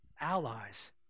allies